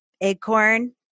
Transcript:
Acorn